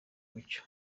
mucyo